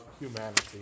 humanity